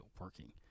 working